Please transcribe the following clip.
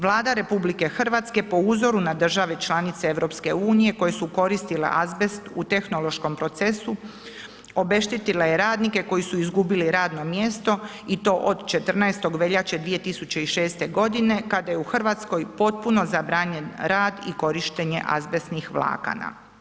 Vlada RH po uzoru na države članice EU-a koji su koristili azbest u tehnološkom procesu, obeštetila je radnike koji su izgubili radno mjesto i to od 14. veljače 2006. g. kada je u Hrvatskoj potpuno zabranjen rad i korištenje azbestnih vlakana.